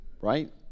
right